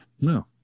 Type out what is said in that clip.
No